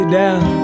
down